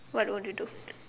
what would you do